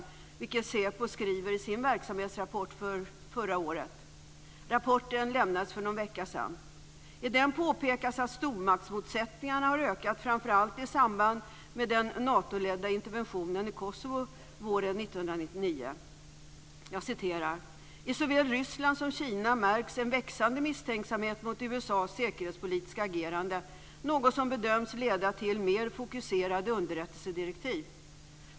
Det är något som SÄPO skriver i sin verksamhetsrapport för förra året. Rapporten lämnades för någon vecka sedan. I den påpekas att stormaktsmotsättningarna har ökat framför allt i samband med den Natoledda interventionen i Kosovo våren 1999. Man skriver: "I såväl Ryssland som Kina märks en växande misstänksamhet mot USAs säkerhetspolitiska agerande, något som bedöms leda till mer fokuserade underrättelsedirektiv.